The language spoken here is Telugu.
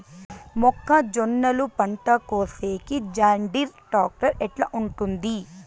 మొక్కజొన్నలు పంట కోసేకి జాన్డీర్ టాక్టర్ ఎట్లా ఉంటుంది?